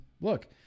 look